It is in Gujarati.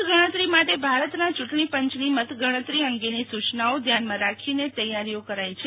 મતગણતરી માટે ભારતના યૂં ટણી પંચની મત ગણતરી અંગેની સુ યનાઓ ધ્યાનમાં રાખીને તૈયારીઓ કરાઈ છે